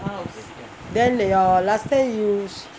then your last time you